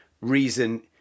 reason